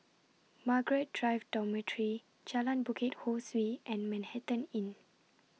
Margaret Drive Dormitory Jalan Bukit Ho Swee and Manhattan Inn